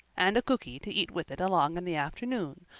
and a cooky to eat with it along in the afternoon,